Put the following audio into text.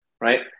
Right